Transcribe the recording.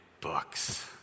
books